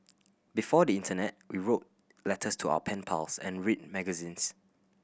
before the internet we wrote letters to our pen pals and read magazines